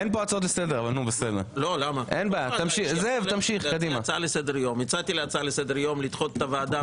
הצעתי הצעה לסדר-יום לדחות את הוועדה.